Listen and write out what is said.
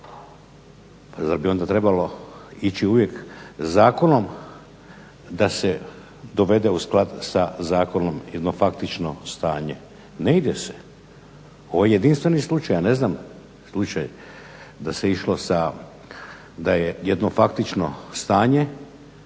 Zar bi onda trebalo ići uvijek zakonom da se dovede u sklad sa zakonom jedno faktično stanje? Ne ide se, ovo je jedinstveni slučaj. Ja ne znam slučaj da se išlo sa, da je jedno faktično stanje